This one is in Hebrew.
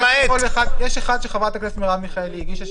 למעט --- יש אחד שחברת הכנסת מרב מיכאלי הגישה,